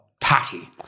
Patty